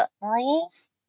rules